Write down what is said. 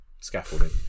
scaffolding